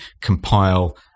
compile